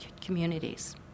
communities